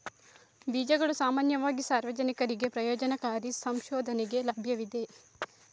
ಬೀಜಗಳು ಸಾಮಾನ್ಯವಾಗಿ ಸಾರ್ವಜನಿಕರಿಗೆ ಪ್ರಯೋಜನಕಾರಿ ಸಂಶೋಧನೆಗೆ ಲಭ್ಯವಿವೆ